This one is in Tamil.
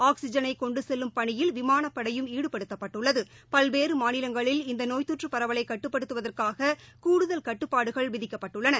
ஆக்ஸிஜனைகொண்டுசெல்லும் பணியில் விமானப்படையும் ஈடுபடுத்தப்பட்டுள்ளது பல்வேறுமாநிலங்களில் இந்தநோய் தொற்றுப் பரவலைகட்டுப்படுத்துவதற்காககூடுதல் கட்டுப்பாடுகள் விதிக்கப்பட்டுள்ளன